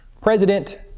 President